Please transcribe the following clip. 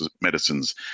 medicines